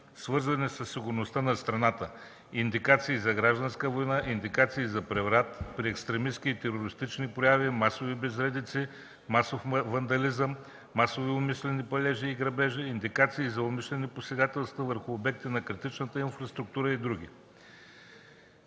свързани със сигурността на страната, индикации за гражданска война, индикации за преврат, при екстремистки и терористични прояви, масови безредици, масов вандализъм, масови умишлени палежи и грабежи, индикации за умишлени посегателства върху обекти на критичната инфраструктура и други;